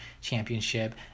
championship